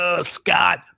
Scott